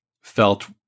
felt